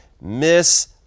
miss